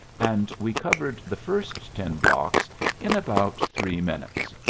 and we covered the first ten blocks in about three minutes.